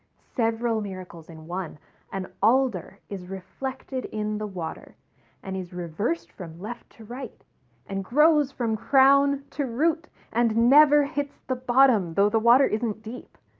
several miracles in one an alder is reflected in the water and is reveresed from left to right and grows from crown to root and never hits the bottom though the water isn't deep